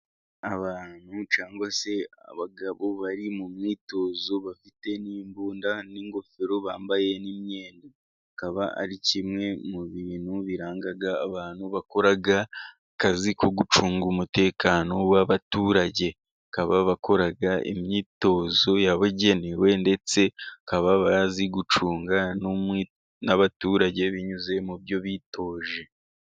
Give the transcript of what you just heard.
Abantu cyangwa se abagabo bari mu myitozo, bafite n'imbunda n'ingofero, bambaye n'imyenda, bakaba ari kimwe mu bintu biranga abantu bakora akazi ko gucunga umutekano w'abaturage. Bakaba bakora imyitozo yabugenewe, ndetse bakaba bazi gucunga n'abaturage binyuze mu byo bitoje.